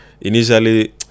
initially